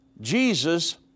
Jesus